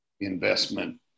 investment